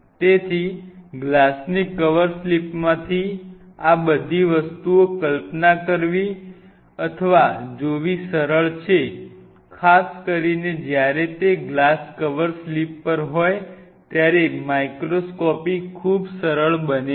તેથી ગ્લાસની કવર સ્લિપમાંથી આ બધી વસ્તુઓ કલ્પના કરવી અથવા જોવી સરળ છે ખાસ કરીને જ્યારે તે ગ્લાસ કવર સ્લિપ પર હોય ત્યારે માઇક્રોસ્કોપી ખૂબ સરળ બને છે